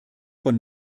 von